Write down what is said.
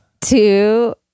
two